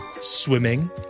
swimming